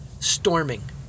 storming